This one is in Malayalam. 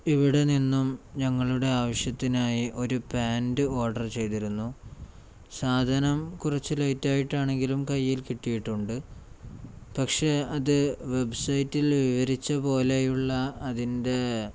ഇവിടെ നിന്നും ഞങ്ങളുടെ ആവശ്യത്തിനായി ഒരു പാൻറ് ഓർഡർ ചെയ്തിരുന്നു സാധനം കുറച്ച് ലേറ്റായിട്ടാണെങ്കിലും കയ്യിൽ കിട്ടിയിട്ടുണ്ട് പക്ഷെ അത് വെബ്സൈറ്റിൽ വിവരിച്ചതുപോലെയുള്ള അതിൻ്റെ